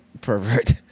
pervert